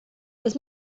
das